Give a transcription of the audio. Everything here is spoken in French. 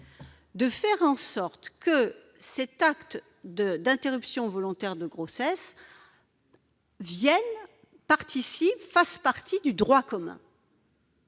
de faire en sorte que cet acte d'interruption volontaire de grossesse fasse partie du droit commun.